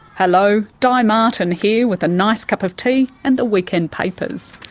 hello, di martin here with a nice cup of tea and the weekend papers.